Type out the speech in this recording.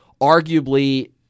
arguably